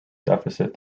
deficit